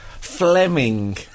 Fleming